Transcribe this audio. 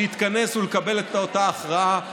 להתכנס ולקבל את אותה הכרעה.